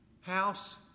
house